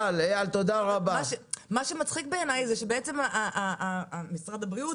מה שמצחיק בעיניי זה שבעצם משרד הבריאות,